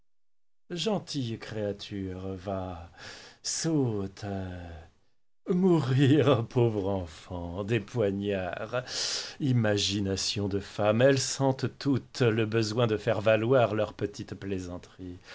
créature va saute mourir pauvre enfant des poignards imagination de femmes elles sentent toutes le besoin de faire valoir leur petite plaisanterie